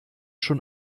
schon